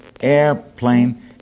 airplane